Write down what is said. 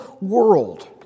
world